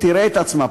או תראה עצמה,